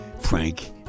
Frank